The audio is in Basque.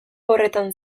horretan